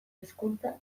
hizkuntza